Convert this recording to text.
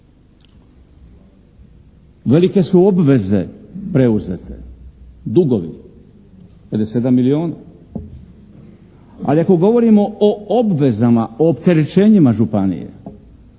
Velike su obveze preuzete, dugovi, 57 milijuna, ali ako govorimo o obvezama, o opterećenjima županije